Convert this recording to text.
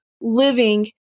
living